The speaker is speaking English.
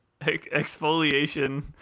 exfoliation